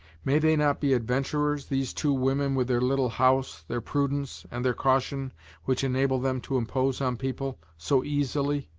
may they not be adventurers, these two women with their little house, their prudence and their caution which enables them to impose on people so easily?